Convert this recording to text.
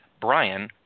brian